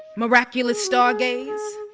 miraculous stargaze,